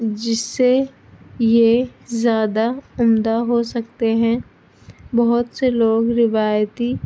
جس سے یہ زیادہ عمدہ ہو سکتے ہیں بہت سے لوگ روایتی